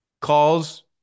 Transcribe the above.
calls